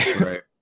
right